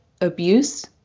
abuse